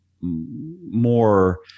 more